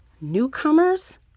newcomers